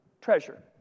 treasure